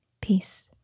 Peace